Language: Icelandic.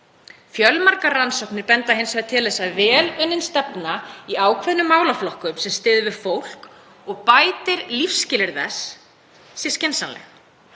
Fjölmargar rannsóknir benda hins vegar til þess að vel unnin stefna í ákveðnum málaflokkum sem styður við fólk og bætir lífsskilyrði þess sé skynsamleg.